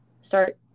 start